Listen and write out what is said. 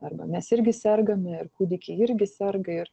arba mes irgi sergame ir kūdikiai irgi serga ir